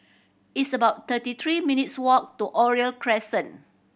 it's about thirty three minutes' walk to Oriole Crescent